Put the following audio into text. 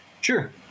Sure